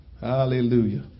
hallelujah